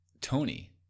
Tony